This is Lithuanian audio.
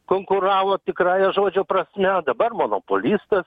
konkuravo tikrąja žodžio prasme o dabar monopolistas